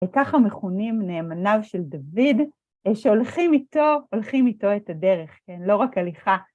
וככה מכונים נאמניו של דוד שהולכים איתו, הולכים איתו את הדרך, כן לא רק הליכה.